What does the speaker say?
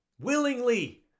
Willingly